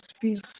feels